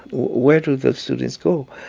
where do those students go?